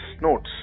notes